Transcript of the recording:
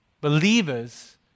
believers